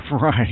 Right